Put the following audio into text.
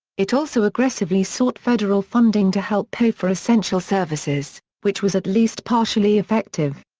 it also aggressively sought federal funding to help pay for essential services which was at least partially effective.